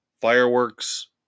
fireworks